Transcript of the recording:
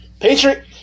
Patriot